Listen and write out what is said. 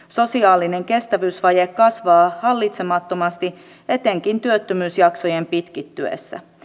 sosiaalinen kestävyysvaje kasvaa hallitsemattomasti etenkin työttömyysjaksojen pitkittyessä